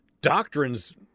doctrines